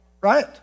right